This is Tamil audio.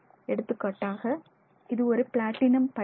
எடுத்துக்காட்டாக இது ஒரு பிளாட்டினம் படகு